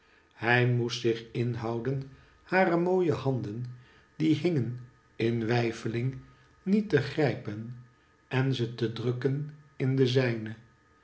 hij moest zich inhouden hare mooie handen die hingen in weifeling niet te grijpen en ze te drukken in de zijne